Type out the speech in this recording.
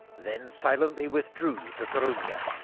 then silently withdrew to coruna,